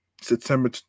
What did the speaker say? september